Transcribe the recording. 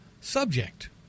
subject